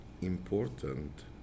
important